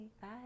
bye